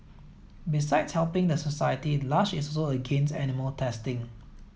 besides helping the society Lush is also against animal testing